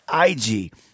IG